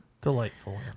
Delightful